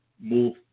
move